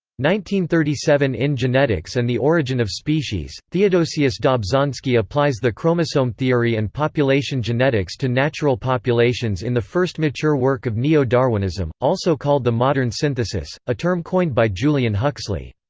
thirty seven in genetics and the origin of species, theodosius dobzhansky applies the chromosome theory and population genetics to natural populations in the first mature work of neo-darwinism, also called the modern synthesis, a term coined by julian huxley.